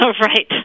Right